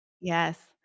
Yes